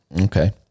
Okay